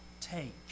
take